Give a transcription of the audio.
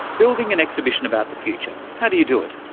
building an exhibition about the future how do you do it?